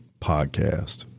podcast